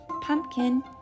pumpkin